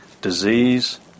Disease